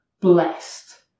blessed